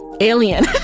alien